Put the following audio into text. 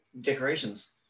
decorations